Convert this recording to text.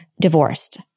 divorced